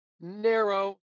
narrow